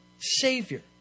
Savior